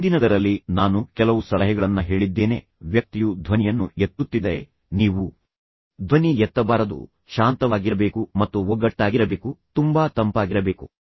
ಹಿಂದಿನದರಲ್ಲಿ ನಾನು ಕೆಲವು ಸಲಹೆಗಳನ್ನ ಹೇಳಿದ್ದೇನೆ ವ್ಯಕ್ತಿಯು ಧ್ವನಿಯನ್ನು ಎತ್ತುತ್ತಿದ್ದರೆ ನೀವು ಧ್ವನಿ ಎತ್ತಬಾರದು ನೀವು ಶಾಂತವಾಗಿರಬೇಕು ಮತ್ತು ಒಗ್ಗಟ್ಟಾಗಿರಬೇಕು ನೀವು ತುಂಬಾ ತಂಪಾಗಿರಬೇಕು